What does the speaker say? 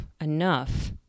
enough